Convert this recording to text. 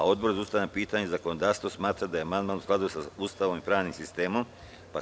Odbor za ustavna pitanja i zakonodavstvo smatra da je amandman u skladu sa Ustavom i pravnim sistemom Republike Srbije.